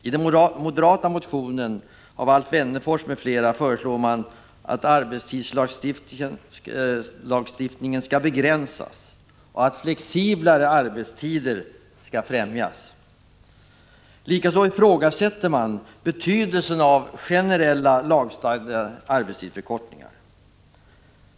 I den moderata motionen 1984/85:2715 av Alf Wennerfors m.fl. föreslår man att arbetstidslagstiftningen skall begränsas och att flexiblare arbetstider skall främjas. Likaså ifrågasätts betydelsen av generella lagstadgade arbetstidsförkortningar.